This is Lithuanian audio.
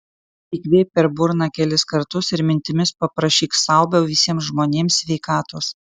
įkvėpk per burną kelis kartus ir mintimis paprašyk sau bei visiems žmonėms sveikatos